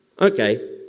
Okay